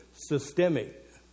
systemic